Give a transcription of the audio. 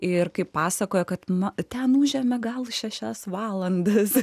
ir kaip pasakoja kad mat ten užėmė gal šešias valandas